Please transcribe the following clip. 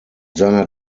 seiner